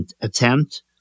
attempt